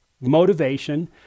motivation